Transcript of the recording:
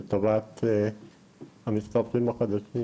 לטובת המצטרפים החדשים,